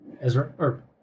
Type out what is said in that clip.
Ezra